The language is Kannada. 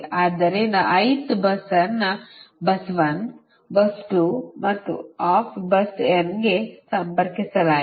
ಆದ್ದರಿಂದ bus ಅನ್ನು bus 1 bus 2 ಮತ್ತು ಅಪ್ bus n ಗೆ ಸಂಪರ್ಕಿಸಲಾಗಿದೆ